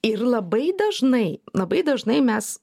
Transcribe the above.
ir labai dažnai labai dažnai mes